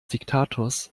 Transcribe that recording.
diktators